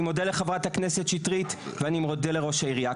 מודה לחברת הכנסת שטרית ואני מודה לראש העירייה,